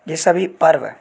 ये सभी पर्व